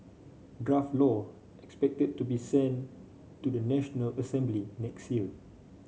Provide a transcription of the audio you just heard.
draft law expected to be sent to the National Assembly next year